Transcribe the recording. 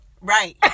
right